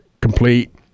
complete